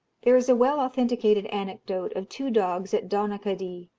there is a well-authenticated anecdote of two dogs at donaghadee,